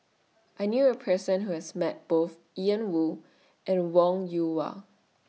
I knew A Person Who has Met Both Ian Woo and Wong Yoon Wah